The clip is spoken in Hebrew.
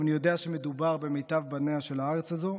אבל אני יודע שמדובר במיטב בניה של הארץ הזו,